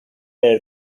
del